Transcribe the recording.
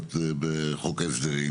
בישיבות בחוק ההסדרים